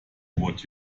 what